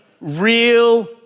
real